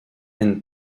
and